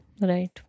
Right